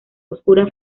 oscura